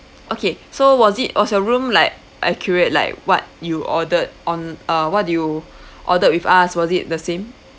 okay so was it was your room like accurate like what you ordered on uh what did you ordered with us was it the same